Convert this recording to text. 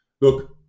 Look